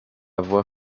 voix